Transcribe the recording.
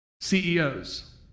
CEOs